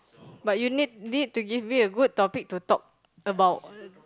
but you need need to give me a good topic to talk about